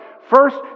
First